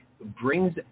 brings